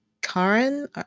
Karen